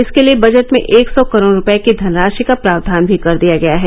इसके लिए बजट में एक सौ करोड़ रूपए की धनराशि का प्रावधान भी कर दिया गया है